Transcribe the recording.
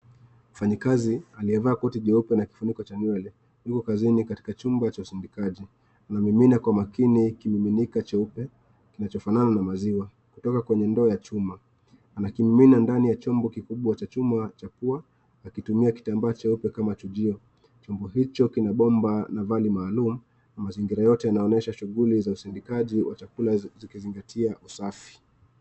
Mfanyakazi aliyevaa koti jeupe na kifuniko cha nywele yuko kazini katika chumba cha usindikaji. Anamimina kwa makini kimiminika cheupe kinachofanana na maziwa kutoka kwenye ndoo ya chuma. Anakimimina ndani ya chombo kikubwa cha chuma cha pua akitumia kitambaa cheupe kama chujio. Chombo hicho kina bomba na vali maalum na mazingira yote yanaonyesha shughuli.